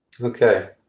okay